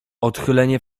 odchylenie